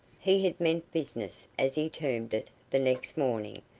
he had meant business, as he termed it, the next morning,